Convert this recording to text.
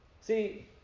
See